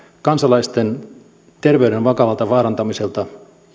kansalaisten terveyden vakavalta vaarantamiselta